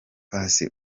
paccy